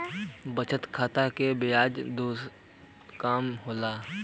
बचत खाता क ब्याज दर कम होला